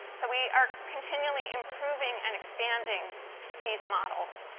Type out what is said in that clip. so we are continually improving and expanding these models.